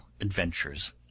adventures